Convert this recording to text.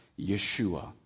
Yeshua